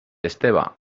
esteve